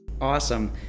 Awesome